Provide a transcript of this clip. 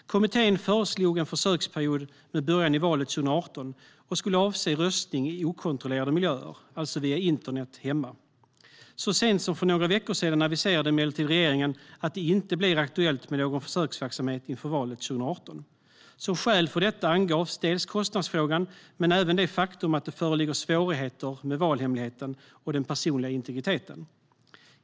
Kommittén föreslog en försöksperiod med början i valet 2018 som skulle avse röstning i okontrollerade miljöer, alltså via internet hemma. Så sent som för några veckor sedan aviserade emellertid regeringen att det inte blir aktuellt med någon försöksverksamhet inför valet 2018. Som skäl för detta angavs kostnadsfrågan men även det faktum att det föreligger svårigheter med valhemligheten och den personliga integriteten.